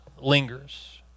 lingers